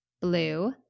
blue